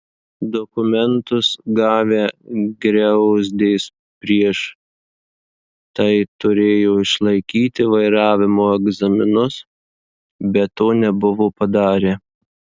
dokumentus gavę griauzdės prieš tai turėjo išlaikyti vairavimo egzaminus bet to nebuvo padarę